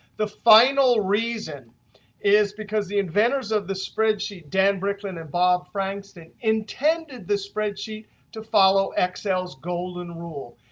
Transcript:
the final reason is because the inventors of the spreadsheet dan bricklin and bob frankston intended the spreadsheet to follow excel's golden rule.